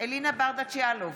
אלינה ברדץ' יאלוב,